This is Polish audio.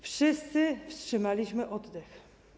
Wszyscy wstrzymaliśmy oddech.